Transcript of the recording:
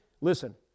listen